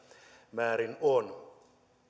määrin on